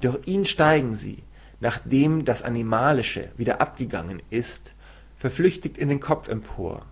durch ihn steigen sie nachdem das animalische wieder abgegangen ist verflüchtigt in den kopf empor